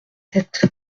sept